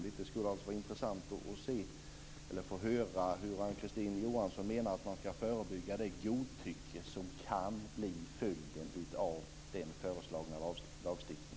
Det skulle vara intressant att få höra hur Ann-Kristine Johansson menar att man skall förebygga det godtycke som kan bli följden av den föreslagna lagstiftningen.